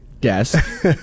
desk